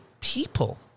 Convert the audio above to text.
people